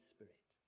Spirit